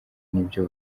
n’ibyo